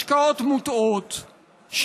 השקעות מוטעות,